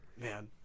Man